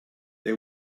they